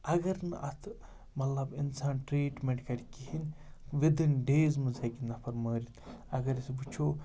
اَگَر نہٕ اَتھ مطلب اِنسان ٹِرٛیٖٹمٮ۪نٛٹ کَرِ کِہیٖنۍ وِدٕن ڈیز منٛز ہیٚکہِ نَفَر مٔرِتھ اَگَر أسۍ وٕچھو